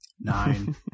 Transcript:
Nine